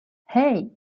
hey